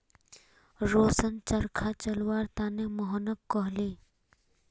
रोशन चरखा चलव्वार त न मोहनक कहले